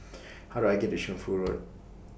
How Do I get to Shunfu Road